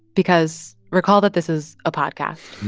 because recall that this is a podcast,